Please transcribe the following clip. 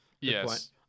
Yes